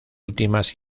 últimas